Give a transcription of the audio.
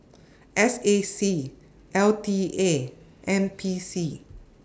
S A C L T A N P C